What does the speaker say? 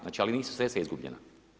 Znači, ali nisu sredstva izgubljena.